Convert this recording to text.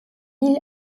île